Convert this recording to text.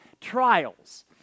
trials